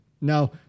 Now